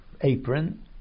apron